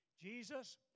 Jesus